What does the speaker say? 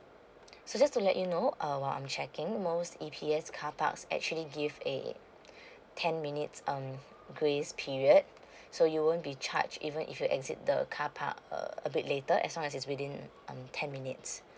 so just to let you know um while I'm checking most E_P_S carparks actually give a ten minutes um grace period so you won't be charge even if you exit the car park uh a bit later as long as it's within um um ten minutes